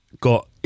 got